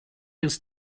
ist